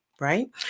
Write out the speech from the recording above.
right